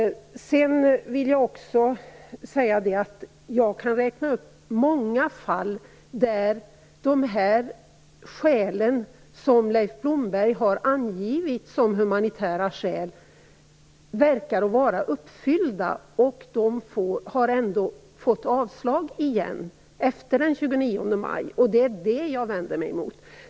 Jag vill också säga att jag kan räkna upp många fall där de skäl som Leif Blomberg har angivit som humanitära skäl verkar vara uppfyllda, men där människor ändå har fått avslag igen efter den 29 maj. Det är det jag vänder mig emot.